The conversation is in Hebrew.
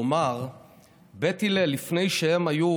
כלומר בית הלל, לפני שהם היו